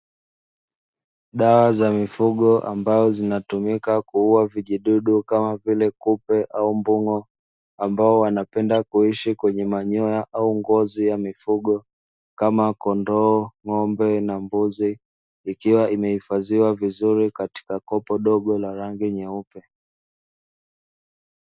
Dawa za mifugo ambazo zinatumika kuua vijidudu kama vile kupe au mbung'o ambao wanapenda kuishi kwenye manyoya au ngozi ya mifugo kama kondoo, ng'ombe na mbuzi; ikiwa imehifadhiwa vizuri katika kopo dogo la rangi nyeupe.